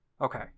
Okay